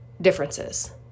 differences